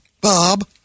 Bob